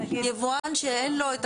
יבואן שאין לו את